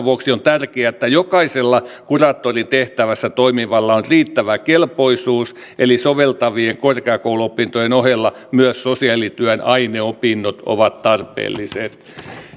vuoksi on tärkeää että jokaisella kuraattorin tehtävissä toimivalla on riittävä kelpoisuus eli soveltavien korkeakouluopintojen ohella myös sosiaalityön aineopinnot ovat tarpeelliset